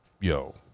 Yo